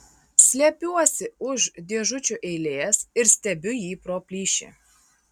slepiuosi už dėžučių eilės ir stebiu jį pro plyšį